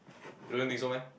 you don't think so meh